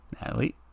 Natalie